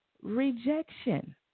rejection